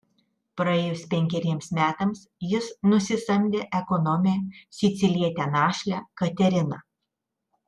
praėjus penkeriems metams jis nusisamdė ekonomę sicilietę našlę kateriną